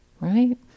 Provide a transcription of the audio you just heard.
right